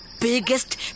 biggest